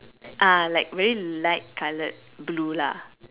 uh like very light colored blue lah